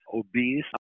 obese